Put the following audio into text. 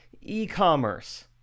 e-commerce